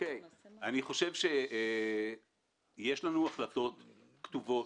יש לנו החלטות כתובות,